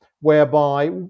whereby